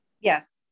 Yes